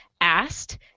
asked